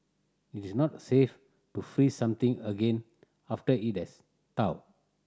it is not safe to freeze something again after it has thawed